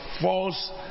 false